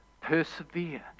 Persevere